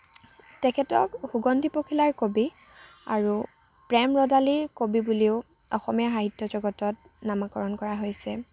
তেখেতক সুগন্ধি পখিলাৰ কবি আৰু প্ৰেম ৰ'দালিৰ কবি বুলিও অসমীয়া সাহিত্য জগতত নামাকৰণ কৰা হৈছে